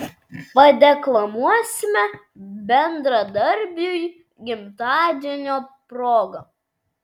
padeklamuosime bendradarbiui gimtadienio proga